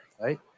right